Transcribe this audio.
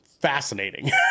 fascinating